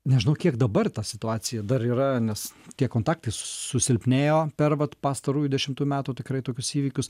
nežinau kiek dabar ta situacija dar yra nes tie kontaktai sus susilpnėjo per vat pastarųjų dešimtų metų tikrai tokius įvykius